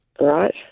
Right